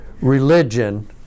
religion